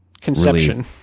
conception